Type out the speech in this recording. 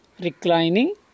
reclining